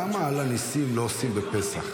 למה על הניסים לא עושים בפסח?